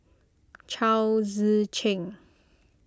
Chao Tzee Cheng